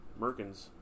Merkins